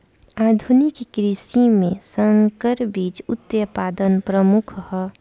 आधुनिक कृषि में संकर बीज उत्पादन प्रमुख ह